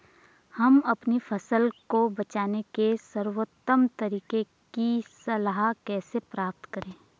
हम अपनी फसल को बचाने के सर्वोत्तम तरीके की सलाह कैसे प्राप्त करें?